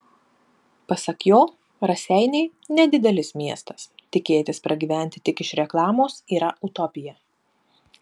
pasak jo raseiniai nedidelis miestas tikėtis pragyventi tik iš reklamos yra utopija